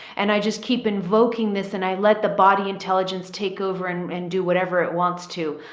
and i just keep invoking this and i let the body intelligence take over and and do whatever it wants to,